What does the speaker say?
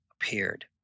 Appeared